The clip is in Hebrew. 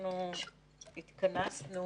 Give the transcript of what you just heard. בוקר טוב, התכנסנו